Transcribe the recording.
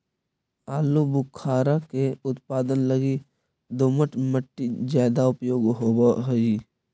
आलूबुखारा के उत्पादन लगी दोमट मट्टी ज्यादा उपयोग होवऽ हई